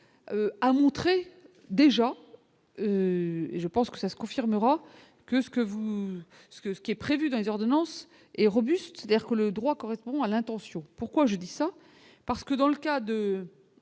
à montré déjà et je pense que ça se confirmera que ce que vous ce que ce qui est prévu dans les ordonnances et robuste, c'est-à-dire que le droit correspond à l'intention pourquoi je dis ça parce que dans le cas de